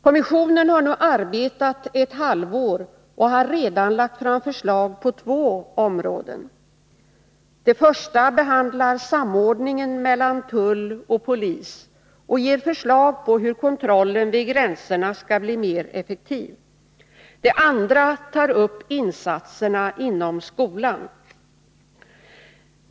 Kommissionen har nu arbetat ett halvår och redan lagt fram förslag på två områden: Det första behandlar samordningen mellan tull och polis och ger förslag på hur kontrollen vid gränserna skall bli mer effektiv. Det andra tar upp insatserna inom skolan.